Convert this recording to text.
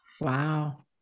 Wow